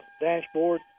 dashboard